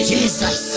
Jesus